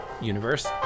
universe